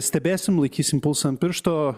stebėsim laikysim pulsą ant piršto